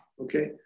okay